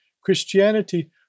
Christianity